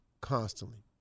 constantly